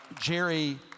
Jerry